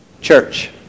Church